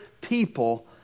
people